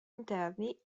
interni